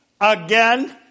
again